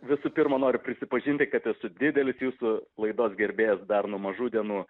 visų pirma noriu prisipažinti kad esu didelis jūsų laidos gerbėjas dar nuo mažų dienų